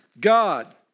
God